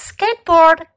Skateboard